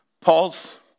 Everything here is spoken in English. Paul's